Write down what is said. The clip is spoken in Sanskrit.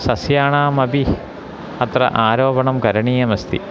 सस्याणामपि अत्र आरोपणं करणीयमस्ति